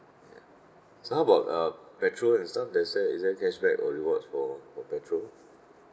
ya so how about uh petrol and stuff let's say is there cashback or reward for for petrol